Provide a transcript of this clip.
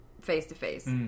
face-to-face